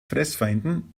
fressfeinden